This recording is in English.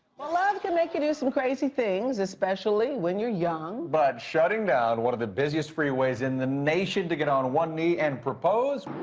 love can make you do some crazy things, especially when you're young. but shutting down one of the busiest freeways in the nation to get on one knee and propose.